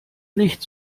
nicht